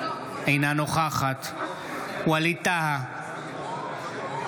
אינה נוכחת ווליד טאהא,